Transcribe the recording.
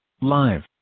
live